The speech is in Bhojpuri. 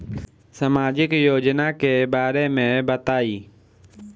सामाजिक योजना के बारे में बताईं?